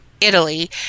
Italy